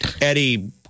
Eddie